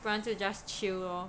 不然就 just chill lor